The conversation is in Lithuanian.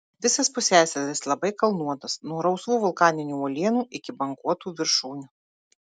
visas pusiasalis labai kalnuotas nuo rausvų vulkaninių uolienų iki banguotų viršūnių